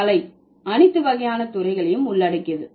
கலை அனைத்து வகையான துறைகளையும் உள்ளடக்கியது